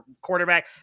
quarterback